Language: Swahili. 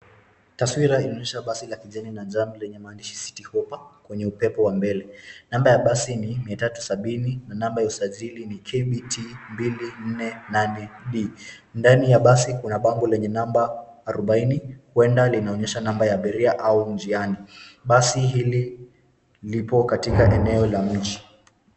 Taswira inaonesha basi la kijani na njano lenye maandishi Citi hoppa, kwenye upepo wa mbele. Namba ya basi ni 360, na namba la usajili ni KBT 248D. Ndani ya basi kuna bango lenye namba 40, huenda linaonyesha namba la abiria au njiani. Basi hili lipo katika eneo la mji.